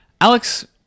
Alex